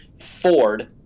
Ford